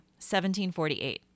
1748